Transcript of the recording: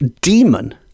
demon